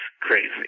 crazy